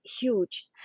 huge